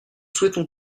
souhaitons